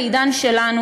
בעידן שלנו,